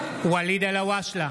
אלהואשלה,